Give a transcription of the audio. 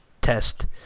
test